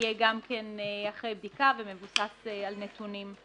יהיה אחרי בדיקה ומבוסס על נתונים.